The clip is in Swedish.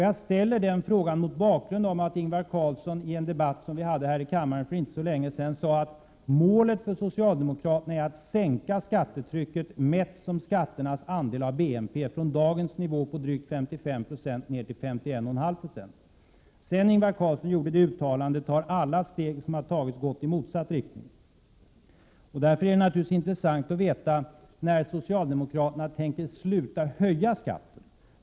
Jag ställer den frågan mot bakgrund av att Ingvar Carlsson i en debatt som vi hade här i kammaren för inte så länge sedan sade att målet för socialdemokraterna är att sänka skattetrycket, mätt som skatternas andel av BNP, från dagens nivå på drygt 55 9o ned till 51,5 96. Sedan Ingvar Carlsson gjorde det uttalandet har alla steg som tagits gått i motsatt riktning. Därför är det naturligtvis intressant att veta när socialdemokraterna tänker sluta höja skatten.